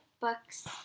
books –